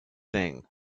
thing